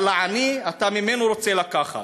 אבל לעני, אתה ממנו רוצה לקחת.